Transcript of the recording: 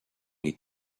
les